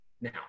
now